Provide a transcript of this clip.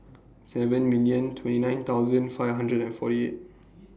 seven millions twenty nine thousands five hundreds and forty